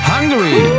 Hungary